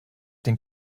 den